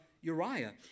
Uriah